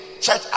church